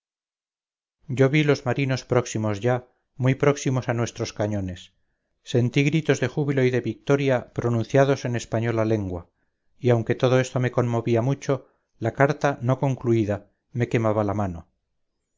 yo vi los marinos próximos ya muy próximos a nuestros cañones sentí gritos de júbilo y de victoria pronunciados en española lengua y aunque todo esto me conmovía mucho la carta no concluida me quemaba la mano